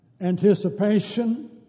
anticipation